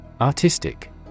Artistic